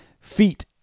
Feet